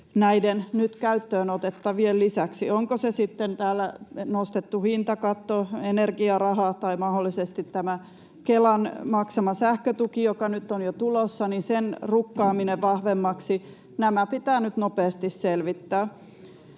näiden nyt käyttöön otettavien lisäksi. Onko se sitten täällä nostettu hintakatto, energiaraha tai mahdollisesti tämän Kelan maksaman sähkötuen, joka nyt on jo tulossa, rukkaaminen vahvemmaksi — nämä pitää nyt nopeasti selvittää.